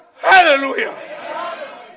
Hallelujah